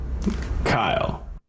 Kyle